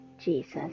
Jesus